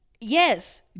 yes